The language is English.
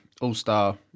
all-star